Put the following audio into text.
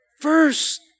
First